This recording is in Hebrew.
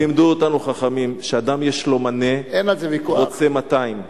לימדו אותנו חכמים שאדם יש לו מנה, רוצה מאתיים.